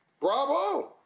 bravo